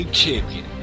champion